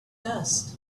dust